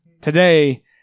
Today